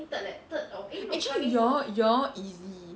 actually y'all y'all easy